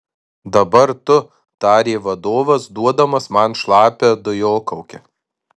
dabar tu tarė vadovas duodamas man šlapią dujokaukę